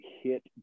hit